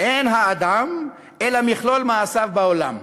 "אין האדם אלא מכלול מעשיו בעולם".